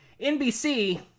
NBC